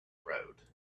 road